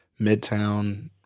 midtown